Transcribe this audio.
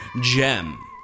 gem